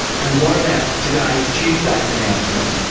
and what about today's, tuesday's announcement,